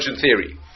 theory